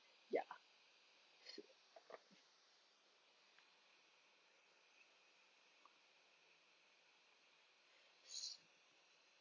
ya